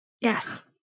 Yes